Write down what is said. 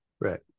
Right